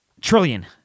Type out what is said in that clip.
trillion